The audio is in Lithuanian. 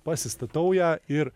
pasistatau ją ir